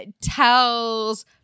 tells